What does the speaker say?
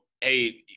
hey